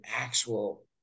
actual